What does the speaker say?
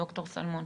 ד"ר שלמון.